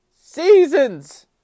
seasons